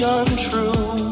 untrue